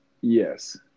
yes